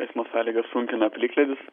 eismo sąlygas sunkina plikledis